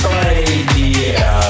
Radio